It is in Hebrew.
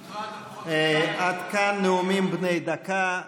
אני מוטרד, עד כאן נאומים בני דקה.